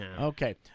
Okay